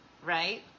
Right